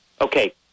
Okay